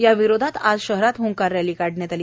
या विरोधात आज शहरात हंकार रक्ती काढण्यात आली